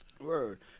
word